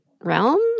realm